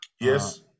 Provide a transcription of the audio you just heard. Yes